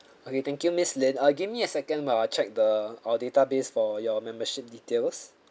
okay thank you miss Lin uh give me a second while I check the our database for your membership details